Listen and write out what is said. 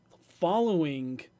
following